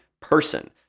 person